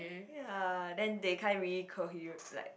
ya then they can't really cohe~ like